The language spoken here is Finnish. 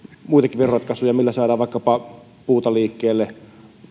muitakin veroratkaisuja millä saadaan vaikkapa puuta liikkeelle